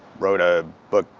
wrote a book,